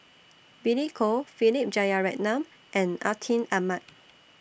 Billy Koh Philip Jeyaretnam and Atin Amat